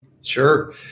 Sure